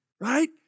right